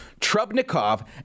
Trubnikov